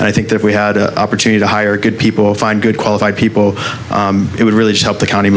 and i think that we had a opportunity to hire good people find good qualified people it would really help the county